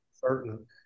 certain